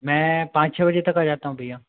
मैं पाँच छ बजे तक आ जाता हूँ भैया